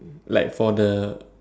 like for the